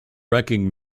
wrecking